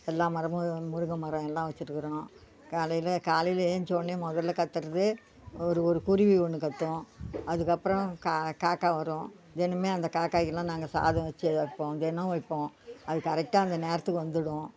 எல்லா மரமும் முருங்கை மரம் எல்லாம் வச்சுருக்குறோம் காலையில் காலையில் எழுஞ்சவொன்னே முதல்ல கத்துகிறது ஒரு ஒரு குருவி ஒன்று கத்தும் அதுக்கப்புறம் க காக்கா வரும் தினமுமே அந்த காக்காக்கெல்லாம் நாங்கள் சாதம் வச்சு அது வைப்போம் தினம் வைப்போம் அது கரெட்டாக அந்த நேரத்துக்கு வந்துவிடும்